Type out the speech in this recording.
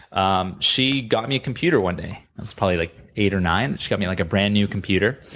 um she got me a computer one day. i was probably like eight, or nine. she got me like a brand new computer,